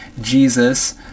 Jesus